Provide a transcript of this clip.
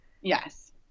yes